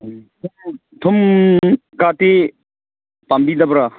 ꯊꯨꯝꯒꯥꯗꯤ ꯄꯥꯝꯕꯤꯗꯕ꯭ꯔꯥ